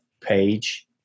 page